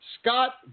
Scott